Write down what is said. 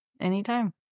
Anytime